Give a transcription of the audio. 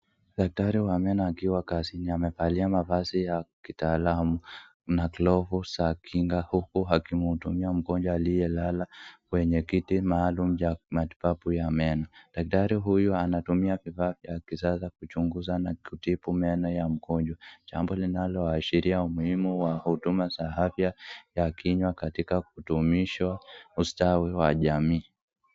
Daktari amevaa nguo za kitalamu na glovu za kinga huku akimhudumia mgonjwa aliyelala kwenye kiti maalum cha matibabu ya meno. Daktari huyu anatumia vifaa vya kisasa kuchunguza na kutibu meno ya mgonjwa. Jambo linaloashiria umuhimu wa huduma za afya ya kinywa katika kutumishwa ustawi wa jamii.